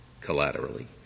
collaterally